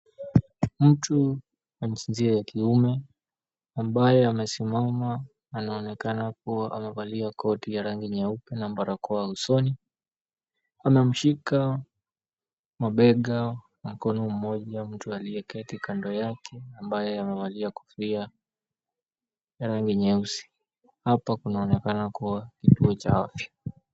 Mtu wa jinsia ya kiume ambaye amesimama anaonekana kuwa amevalia koti ya rangi nyeupe na barakoa usoni anamshika mabega ako anamngoja mtu aliyeketi kando yake ambaye amevalia kofia ya rangi nyeusi. Hapa kunaonekana kuwa kituo cha afya.